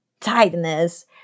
tightness